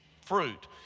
fruit